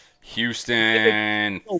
Houston